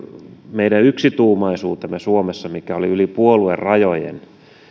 meidän yksituumaisuutemme suomessa mikä oli yli puoluerajojen